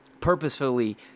purposefully